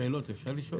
שאלות אפשר לשאול?